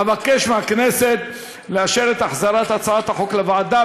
אבקש מהכנסת לאשר את החזרת הצעת החוק לוועדה,